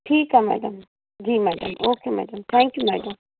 ठीकु आहे मैडम जी madam okay madam thank you madam